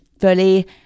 fully